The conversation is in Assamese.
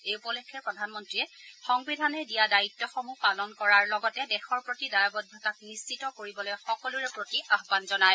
এই উপলক্ষে প্ৰধানমন্ত্ৰীয়ে সংবিধানে দিয়া দায়িত্সমূহ পালন কৰাৰ লগতে দেশৰ প্ৰতি দায়বদ্ধতাক নিশ্চিত কৰিবলৈ সকলোৰে প্ৰতি আহান জনায়